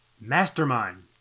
Mastermind